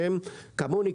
שהם כמוני,